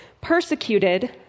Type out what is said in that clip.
Persecuted